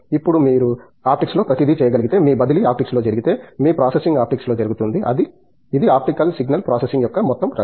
ఇప్పుడు మీరు ఆప్టిక్స్లో ప్రతిదీ చేయగలిగితే మీ బదిలీ ఆప్టిక్స్లో జరిగితే మీ ప్రాసెసింగ్ ఆప్టిక్స్లో జరుగుతుంది ఇది ఆప్టికల్ సిగ్నల్ ప్రాసెసింగ్ యొక్క మొత్తం రంగం